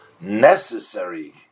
necessary